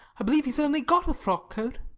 i believe he's only got a frock coat.